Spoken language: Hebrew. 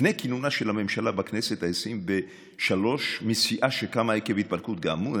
לפני כינונה של הממשלה בכנסת ה-23 מסיעה שקמה עקב התפלגות כאמור,